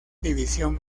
división